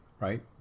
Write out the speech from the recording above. Right